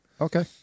Okay